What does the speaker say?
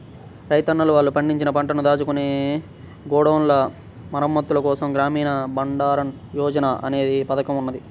రైతన్నలు వాళ్ళు పండించిన పంటను దాచుకునే గోడౌన్ల మరమ్మత్తుల కోసం గ్రామీణ బండారన్ యోజన అనే పథకం ఉన్నది